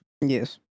Yes